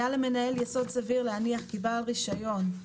למנהל יסוד סביר להניח כי בעל רישיון.."